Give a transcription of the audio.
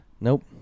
Nope